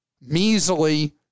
measly